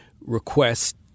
request